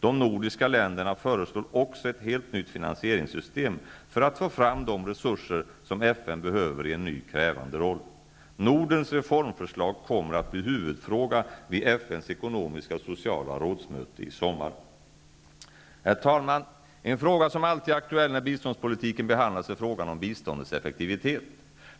De nordiska länderna föreslår också ett helt nytt finansieringssystem för att få fram de resurser som FN behöver i en ny krävande roll. Nordens reformförslag kommer att bli huvudfråga vid FN:s ekonomiska och sociala rådsmöte i sommar. Herr talman! En fråga som alltid är aktuell när biståndspolitiken behandlas är frågan om biståndets effektivitet.